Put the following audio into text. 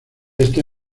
este